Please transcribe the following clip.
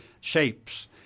shapes